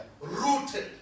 Rooted